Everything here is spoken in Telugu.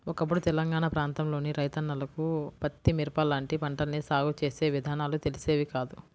ఒకప్పుడు తెలంగాణా ప్రాంతంలోని రైతన్నలకు పత్తి, మిరప లాంటి పంటల్ని సాగు చేసే విధానాలు తెలిసేవి కాదు